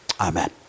Amen